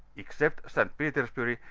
except st. petersburg,